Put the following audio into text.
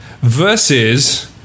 versus